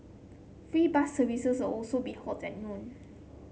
free bus services will also be halted at noon